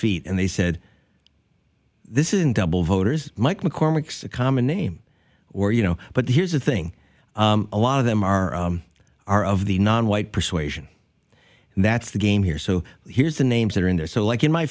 feet and they said this isn't double voters mike mccormick's a common name or you know but here's the thing a lot of them are are of the nonwhite persuasion that's the game here so here's the names that are in there so like in my